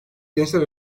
gençler